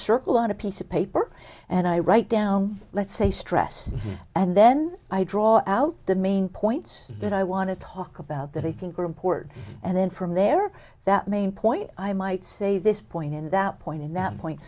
circle on a piece of paper and i write down let's say stress and then i draw out the main points that i want to talk about that i think report and then from there that main point i might say this point in that point in that point